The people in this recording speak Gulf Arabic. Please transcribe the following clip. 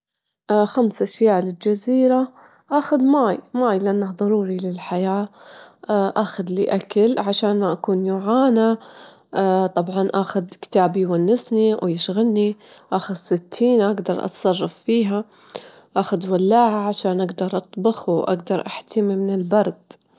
عشان يزيد جوته، لازم يركز إنه يسوي تمارين- تمارين، يبدأ بتمارين المجاومة، متل إنه يرفع الأتقال، يجرب تمارين الضغط- الضغط، يسوي يسوي تمارين الضهر، بعدين لازم يضبط نظامه الغذائي، بأنه يهتم بالبروتينات والراحة ويرتاح له.